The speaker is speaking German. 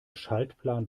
schaltplan